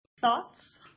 Thoughts